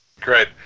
Great